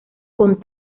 con